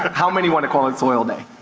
how many wanna call it soil day?